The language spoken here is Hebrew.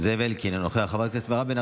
זאב אלקין, אינו